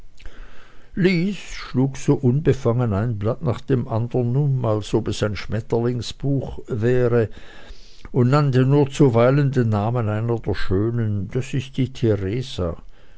lys schlug so unbefangen ein blatt nach dem andern um als ob er ein schmetterlingsbuch vorwiese und nannte nur zuweilen den namen einer der schönen das ist die